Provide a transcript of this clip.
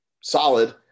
solid